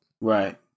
Right